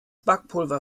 backpulver